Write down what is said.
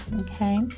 Okay